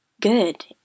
good